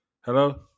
Hello